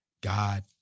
God